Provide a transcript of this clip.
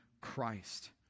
Christ